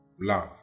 love